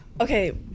okay